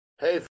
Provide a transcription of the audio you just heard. Hey